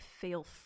feel